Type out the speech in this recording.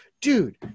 dude